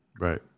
Right